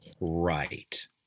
Right